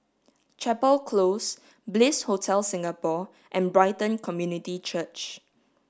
Chapel Close Bliss Hotel Singapore and Brighton Community Church